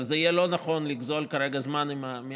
אבל זה יהיה לא נכון לגזול כרגע זמן מהמליאה